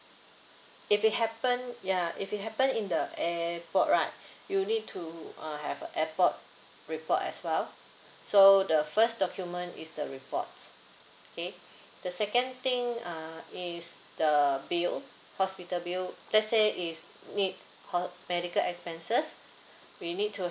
if it happened ya if it happened in the airport right you need to uh have a airport report as well so the first document is the report okay the second thing uh is the bill hospital bill let's say it's need ho~ medical expenses we need to